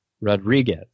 Rodriguez